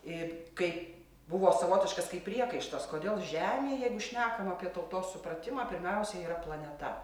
ir kaip buvo savotiškas kaip priekaištas kodėl žemė jeigu šnekam apie tautos supratimą pirmiausia yra planeta